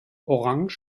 orange